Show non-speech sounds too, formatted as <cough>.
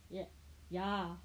<noise> ya